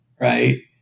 right